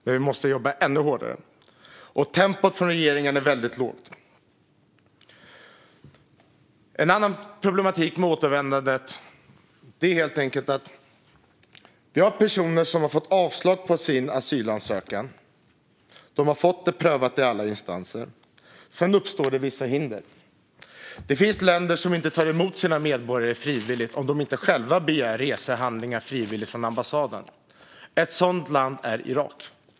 Därför måste man jobba ännu hårdare, men regeringens tempo är väldigt lågt. En annat problem är när det uppstår hinder i återvändandet för personer som har fått sin asylansökan prövad i alla instanser och fått avslag. Det finns länder som inte tar emot sina medborgare om de inte frivilligt själva begär resehandlingar från ambassaden. Ett sådant land är Irak.